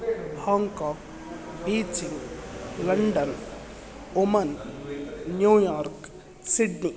Hong Kong Beijing London Oman New York Sydney